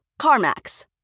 CarMax